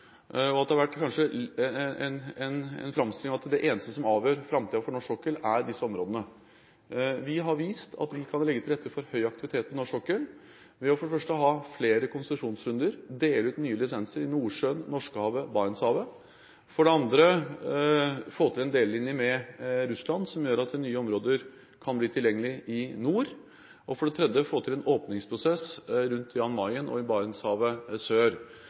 det eneste som avgjør framtiden for norsk sokkel. Vi har vist at vi kan legge til rette for høy aktivitet på norsk sokkel ved for det første å ha flere konsesjonsrunder og dele ut nye lisenser i Nordsjøen, Norskehavet og Barentshavet, for det andre å få til en delelinje med Russland, som gjør at nye områder kan bli tilgjengelige i nord, og for det tredje å få til en åpningsprosess rundt Jan Mayen og i Barentshavet sør